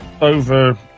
over